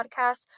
podcast